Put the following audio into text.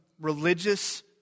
religious